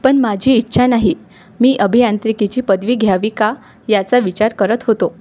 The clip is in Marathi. पण माझी इच्छा नाही मी अभियांत्रिकेची पदवी घ्यावी का याचा विचार करत होतो